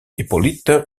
hippolyte